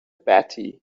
batty